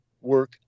work